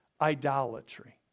idolatry